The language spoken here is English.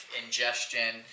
ingestion